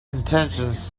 intentions